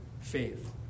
faith